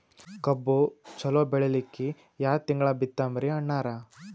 ಕಬ್ಬು ಚಲೋ ಬೆಳಿಲಿಕ್ಕಿ ಯಾ ತಿಂಗಳ ಬಿತ್ತಮ್ರೀ ಅಣ್ಣಾರ?